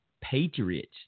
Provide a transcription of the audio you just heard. Patriots